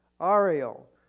Ariel